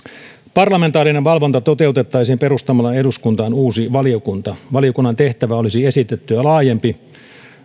parlamentaarinen valvonta toteutettaisiin perustamalla eduskuntaan uusi valiokunta valiokunnan tehtävä olisi esitettyä laajempi